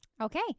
Okay